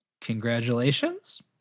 Congratulations